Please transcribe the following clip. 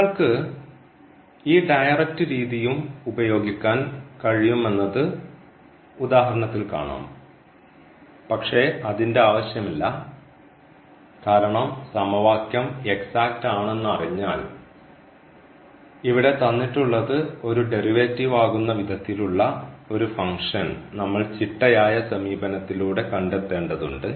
ഒരാൾക്ക് ഈ ഡയറക്റ്റ് രീതിയും ഉപയോഗിക്കാൻ കഴിയും എന്നത് ഉദാഹരണത്തിൽ കാണാം പക്ഷേ അതിൻറെ ആവശ്യമില്ല കാരണം സമവാക്യം എക്സാക്റ്റ് ആണെന്ന് അറിഞ്ഞാൽ ഇവിടെ തന്നിട്ടുള്ളത് ഒരു ഡെറിവേറ്റീവ് ആകുന്ന വിധത്തിലുള്ള ഒരു ഫംഗ്ഷൻ നമ്മൾ ചിട്ടയായ സമീപനത്തിലൂടെ കണ്ടെത്തേണ്ടതുണ്ട്